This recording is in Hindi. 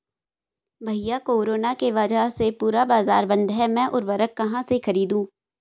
भैया कोरोना के वजह से पूरा बाजार बंद है मैं उर्वक कहां से खरीदू?